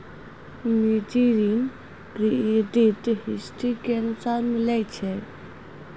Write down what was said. निजी ऋण credit history के अनुसार मिलै छै